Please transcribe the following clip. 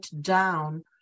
down